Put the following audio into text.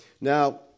Now